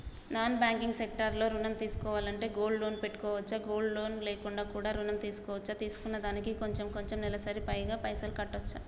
Non banking sector లో ఋణం తీసుకోవాలంటే గోల్డ్ లోన్ పెట్టుకోవచ్చా? గోల్డ్ లోన్ లేకుండా కూడా ఋణం తీసుకోవచ్చా? తీసుకున్న దానికి కొంచెం కొంచెం నెలసరి గా పైసలు కట్టొచ్చా?